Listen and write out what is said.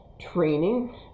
training